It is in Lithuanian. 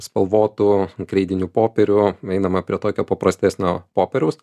spalvotų kreidinių popierių einama prie tokio paprastesnio popieriaus